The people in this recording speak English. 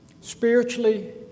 spiritually